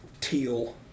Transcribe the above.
teal